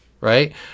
right